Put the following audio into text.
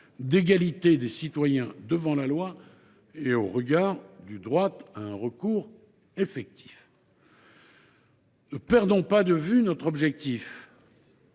d’égalité des citoyens devant la loi, ainsi que du droit à un recours effectif. Ne perdons pas de vue notre objectif